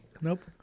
Nope